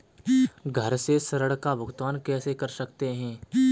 घर से ऋण का भुगतान कैसे कर सकते हैं?